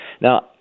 Now